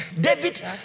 David